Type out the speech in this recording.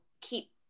keep